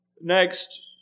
Next